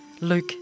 Luke